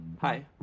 Hi